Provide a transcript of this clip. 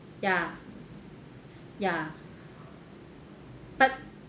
ya ya but